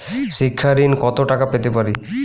শিক্ষা ঋণ কত টাকা পেতে পারি?